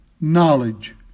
knowledge